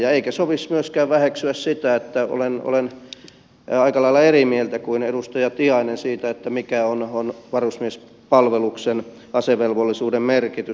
ei sovi myöskään väheksyä sitä että olen aika lailla eri mieltä kuin edustaja tiainen siitä mikä on varusmiespalveluksen asevelvollisuuden merkitys